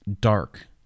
dark